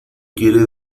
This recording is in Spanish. quiere